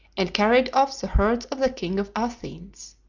and carried off the herds of the king of athens.